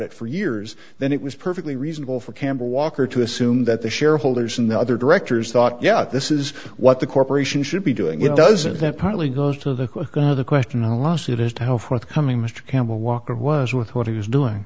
it for years then it was perfectly reasonable for campbell walker to assume that the shareholders and the other directors thought yeah this is what the corporation should be doing it doesn't that partly goes to the question who lost it as to how forthcoming mr campbell walker was with what he was doing